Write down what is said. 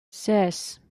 ses